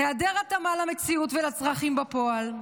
היעדר התאמה למציאות ולצרכים בפועל,